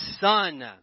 son